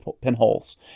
pinholes